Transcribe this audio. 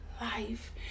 life